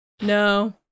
No